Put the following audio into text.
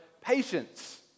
patience